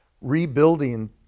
rebuilding